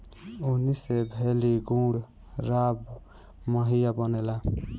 ऊखी से भेली, गुड़, राब, माहिया बनेला